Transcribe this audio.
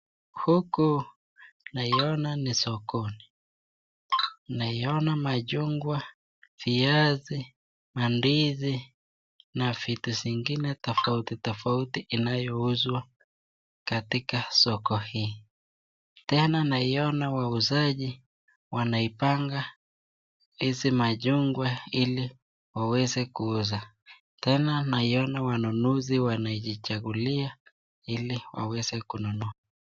Huku naiona ni sokoni naiona machungwa, viazi, mandizi na vitu zingine tofauti tofauti inayouzwa katika soko hii. Tena naiona wauzaji wanaipanga hizi machungwa ili waweze kuuza, tena naiona wanunuzi wakijichagulia ili waweze kununua.